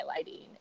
highlighting